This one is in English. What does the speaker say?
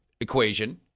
equation